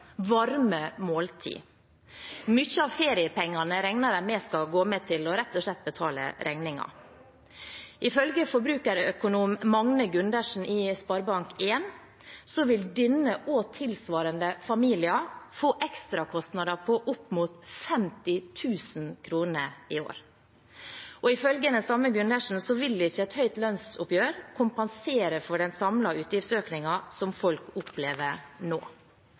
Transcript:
varme måltider, og mye av feriepengene regner de med skal gå med til rett og slett å betale regninger. Ifølge forbrukerøkonom Magne Gundersen i Sparebank 1 vil denne og tilsvarende familier få ekstrakostnader på opp mot 50 000 kr i år, og ifølge den samme Gundersen vil ikke et høyt lønnsoppgjør kompensere for den samlede utgiftsøkningen som folk opplever nå.